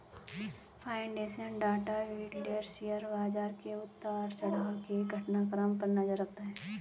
financial data vendor share बाजार के उतार चढ़ाव के घटनाक्रम पर नजर रखता है